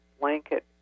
blanket